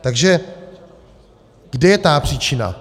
Takže kde je ta příčina?